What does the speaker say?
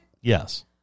Yes